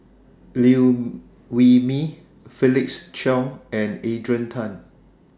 Liew Wee Mee Felix Cheong and Adrian Tan